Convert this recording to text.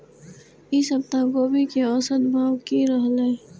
ई सप्ताह गोभी के औसत भाव की रहले?